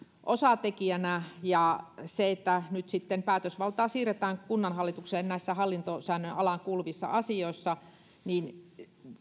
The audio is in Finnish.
osatekijänä ja kun nyt sitten päätösvaltaa siirretään kunnanhallitukselle näissä hallintosäännön alaan kuuluvissa asioissa niin